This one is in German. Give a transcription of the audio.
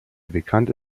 bekannte